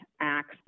acts